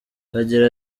agira